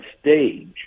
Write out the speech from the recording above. stage